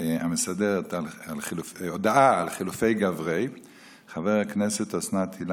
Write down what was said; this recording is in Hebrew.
המסדרת בדבר הקמת ועדה מיוחדת אשר תדון בטיוטת